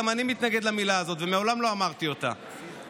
גם אני מתנגד למילה הזאת ומעולם לא אמרתי אותה,